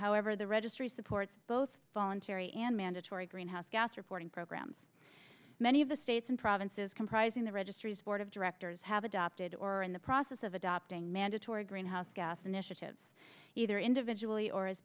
however the registry supports both voluntary and mandatory greenhouse gas reporting programs many of the states and provinces comprising the registry's board of directors have adopted or in the process of adopting mandatory greenhouse gas initiatives either individually or as